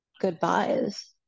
goodbyes